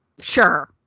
sure